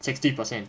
sixty percent